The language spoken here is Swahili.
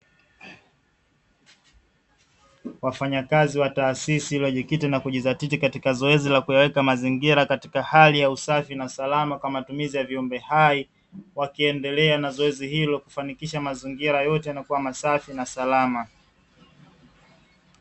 Wafanyakazi wa taasisi iliyojikita na kujizatiti katika zoezi la kuyaweka mazingira katika hali ya usafi na salama kwa matumizi ya viumbe hai wakiendelea na zoezi hilo kufanikisha mazingira yote yanakuwa masafi na salama.